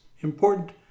important